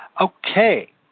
Okay